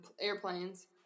airplanes